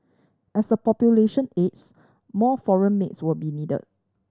as the population ages more foreign maids will be needed